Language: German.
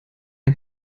ein